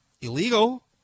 illegal